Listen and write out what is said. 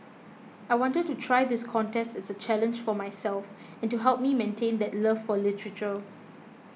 I wanted to try this contest as a challenge for myself and to help me maintain that love for literature